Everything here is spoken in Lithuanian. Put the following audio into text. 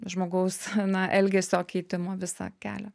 žmogaus na elgesio keitimo visą kelią